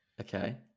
Okay